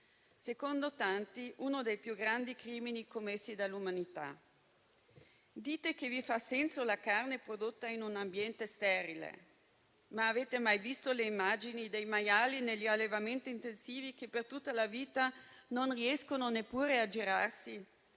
secondo tanti, è uno dei più grandi crimini commessi dall'umanità. Dite che vi fa senso la carne prodotta in un ambiente sterile, ma avete mai visto le immagini dei maiali negli allevamenti intensivi che per tutta la vita non riescono neppure a girarsi,